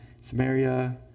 Samaria